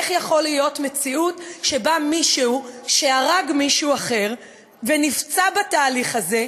איך יכולה להיות מציאות שבה מישהו שהרג מישהו אחר ונפצע בתהליך הזה,